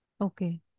Okay